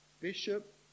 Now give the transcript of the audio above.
Bishop